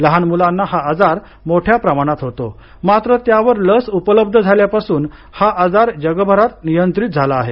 लहान मुलांना हा आजार मोठ्या प्रमाणात होतो मात्र त्यावर लस उपलब्ध झाल्यापासून हा आजार जगभरात नियंत्रित झाला आहे